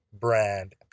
brand